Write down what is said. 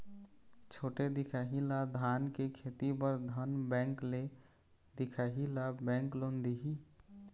छोटे दिखाही ला धान के खेती बर धन बैंक ले दिखाही ला बैंक लोन दिही?